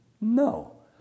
No